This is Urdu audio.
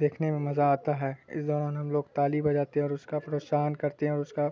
دیکھنے میں مزہ آتا ہے اس دوران ہم لوگ تالی بجاتے ہیں اور اس کا پروتساہن کرتے ہیں اور اس کا